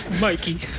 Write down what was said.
Mikey